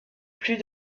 plus